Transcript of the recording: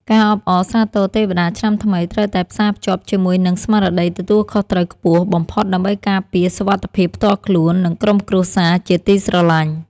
ការអបអរសាទរទេវតាឆ្នាំថ្មីត្រូវតែផ្សារភ្ជាប់ជាមួយនឹងស្មារតីទទួលខុសត្រូវខ្ពស់បំផុតដើម្បីការពារសុវត្ថិភាពផ្ទាល់ខ្លួន និងក្រុមគ្រួសារជាទីស្រឡាញ់។